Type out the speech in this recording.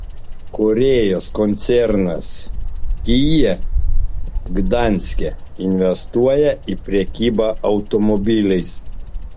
korėjos koncernas kia gdanske investuoja į prekybą automobiliais